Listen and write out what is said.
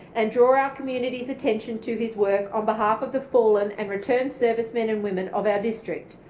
and draw our community's attention to his work on behalf of the fallen and returned servicemen and women of our district.